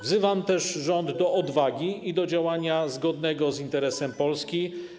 Wzywam też rząd do odwagi i do działania zgodnego z interesem Polski.